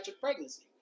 pregnancy